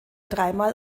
dreimal